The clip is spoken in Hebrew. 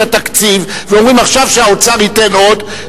התקציב ואומרים: עכשיו שהאוצר ייתן עוד,